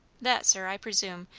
that, sir, i presume,